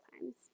times